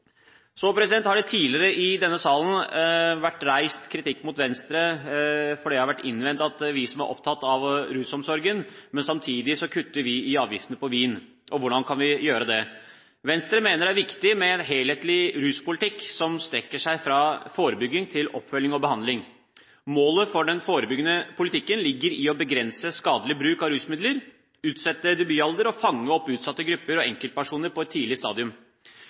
Så har det tidligere i denne salen vært reist kritikk mot Venstre. Det har vært innvendt at vi som er opptatt av rusomsorgen, samtidig kutter i avgiftene på vin. Hvordan kan vi gjøre det? Venstre mener det er viktig med en helhetlig ruspolitikk som strekker seg fra forebygging til oppfølging og behandling. Målet for den forebyggende politikken ligger i å begrense skadelig bruk av rusmidler, utsette debutalder og fange opp utsatte grupper og enkeltpersoner på et tidlig stadium.